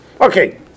Okay